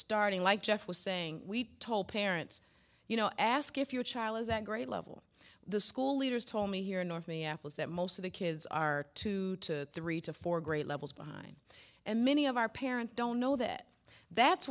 starting like jeff was saying we told parents you know ask if your child has that grade level the school leaders told me here in north minneapolis that most of the kids are two to three to four grade levels behind and many of our parents don't know that that's